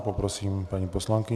Poprosím paní poslankyni.